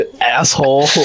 Asshole